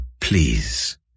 please